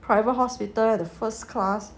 private hospital the first class